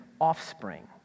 offspring